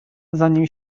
zanim